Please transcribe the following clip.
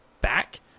back